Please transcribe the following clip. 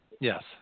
Yes